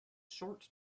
short